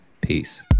peace